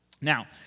Now